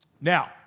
Now